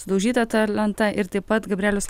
sudaužyta ta lenta ir taip pat gabrielius